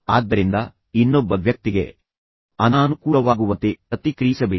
ಆದ್ದರಿಂದ ಇನ್ನೊಬ್ಬ ವ್ಯಕ್ತಿಗೆ ಅನಾನುಕೂಲವಾಗುವಂತೆ ಪ್ರತಿಕ್ರಿಯಿಸಬೇಡಿ